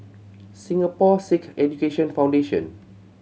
Singapore Sikh Education Foundation